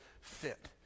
fit